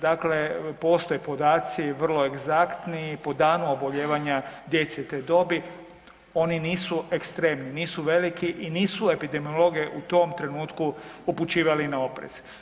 Dakle postoje podaci, vrlo egzaktni po danu obolijevanja djece te dobi, oni nisu ekstremni, nisu veliki i nisu epidemiologe u tom trenutku upućivali na oprez.